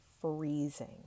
freezing